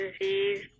disease